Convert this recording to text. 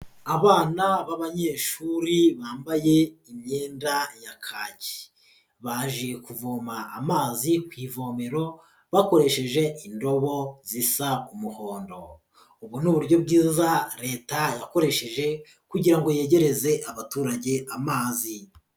Abana b'abanyeshuri bambaye imyenda ya kaki, baje kuvoma amazi ku ivomero bakoresheje indobo zisa umuhondo, ubu ni uburyo bwiza Leta yakoresheje kugira ngo yegereze abaturage amazi.